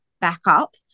backup